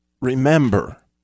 remember